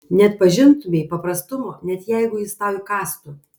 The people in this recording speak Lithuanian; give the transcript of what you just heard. neatpažintumei paprastumo net jeigu jis tau įkąstų